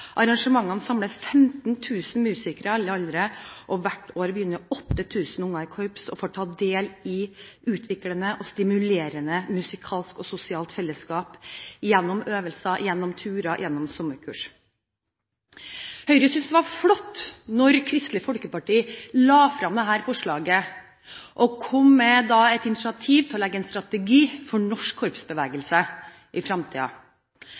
Arrangementene samler 15 000 musikere i alle aldre, og hvert år begynner 8 000 unger i korps og får ta del i utviklende og stimulerende musikalsk og sosialt fellesskap, gjennom øvelser, gjennom turer, gjennom sommerkurs. Høyre syntes det var flott da Kristelig Folkeparti la fram dette forslaget og kom med et initiativ til å legge en strategi for norsk korpsbevegelse i